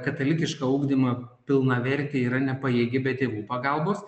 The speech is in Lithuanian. katalikišką ugdymą pilnavertį yra nepajėgi be tėvų pagalbos